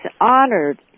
honored